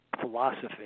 philosophy